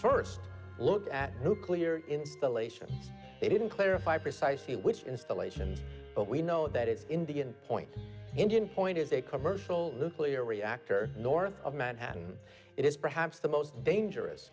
first looked at nuclear installations they didn't clarify precisely which installations but we know that it's indian point indian point is a commercial nuclear reactor north of manhattan it is perhaps the most dangerous